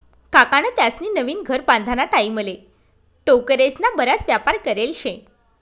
काकान त्यास्नी नवीन घर बांधाना टाईमले टोकरेस्ना बराच वापर करेल शे